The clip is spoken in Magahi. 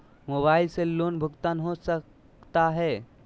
मोबाइल से लोन भुगतान हो सकता है?